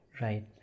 Right